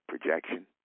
projection